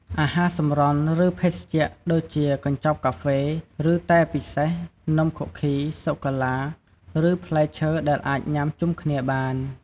អាហារសម្រន់ ឬភេសជ្ជ ដូចជា កញ្ចប់កាហ្វេ ឬតែពិសេស នំខូគី សូកូឡា ឬ ផ្លែឈើ ដែលអាចញ៉ាំជុំគ្នាបាន។